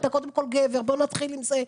אתה קודם כל גבר, בוא נתחיל עם זה.